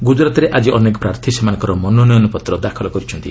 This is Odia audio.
ଗୁଜରାତରେ ଆଜି ଅନେକ ପ୍ରାର୍ଥୀ ସେମାନଙ୍କର ମନୋନୟନପତ୍ର ଦାଖଲ କରିଛନ୍ତି